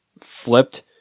flipped